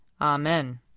Amen